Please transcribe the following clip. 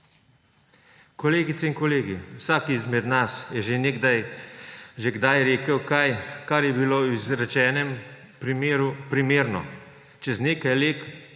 Kolegice in kolegi, vsak izmed nas je že kdaj rekel kaj, kar je bilo v izrečenem primeru primerno, čez nekaj let,